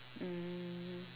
mm